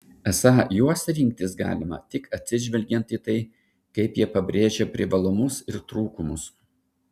esą juos rinktis galima tik atsižvelgiant į tai kaip jie pabrėžia privalumus ir trūkumus